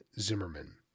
Zimmerman